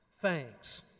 Thanks